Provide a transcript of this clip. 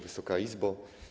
Wysoka Izbo!